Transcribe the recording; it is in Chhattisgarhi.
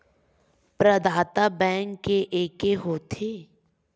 प्रदाता बैंक के एके होथे?